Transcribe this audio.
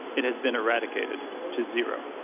it has been eradicated to zero.